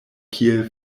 kiel